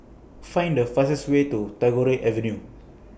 Find The fastest Way to Tagore Avenue